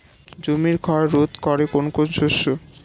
জমির ক্ষয় রোধ করে কোন কোন শস্য?